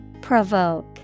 Provoke